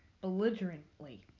belligerently